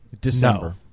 december